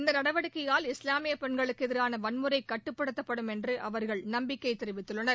இந்த நடவடிக்கையால் இஸ்லாமிய பெண்களுக்கு எதிரான வன்முறை கட்டுப்படுத்தப்படும் என்று அவர்கள் நம்பிக்கை தெரிவித்துள்ளனர்